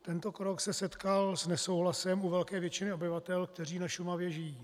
Tento krok se setkal s nesouhlasem u velké většiny obyvatel, kteří na Šumavě žijí.